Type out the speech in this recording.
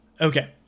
Okay